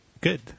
Good